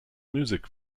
music